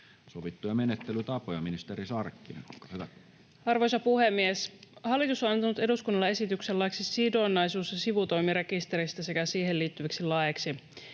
sovittuja menettelytapoja. — Ministeri Sarkkinen, olkaa hyvä. Arvoisa puhemies! Hallitus on antanut eduskunnalle esityksen laiksi sidonnaisuus- ja sivutoimirekisteristä sekä siihen liittyviksi laeiksi.